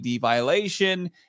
violation